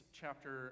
chapter